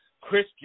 Chris